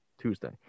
Tuesday